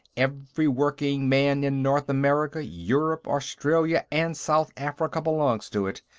every working man in north america, europe, australia and south africa belongs to it.